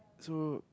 so